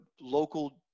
local